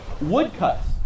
woodcuts